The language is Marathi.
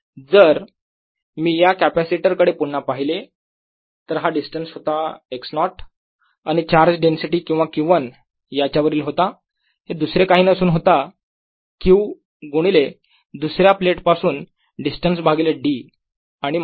V12dVV1surface1dSV21dVV2surface1dS 0Vd xdQδr xxdVVq10 q1 Qd जर मी या कॅपॅसिटर कडे पुन्हा पाहिले तर हा डिस्टन्स होता x0 आणि चार्ज डेन्सिटी किंवा Q1 याच्यावरील होता दुसरे काही नसून होता Q गुणिले दुसऱ्या प्लेट पासून डिस्टन्स भागिले d आणि मायनस साइन